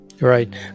Right